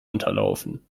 unterlaufen